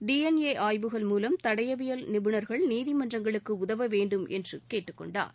DNA ஆய்வுகள் மூலம் தடயவியல் நிபுணர்கள் நீதிமன்றங்களுக்கு உதவ வேண்டும் என்று கேட்டுக்கொண்டார்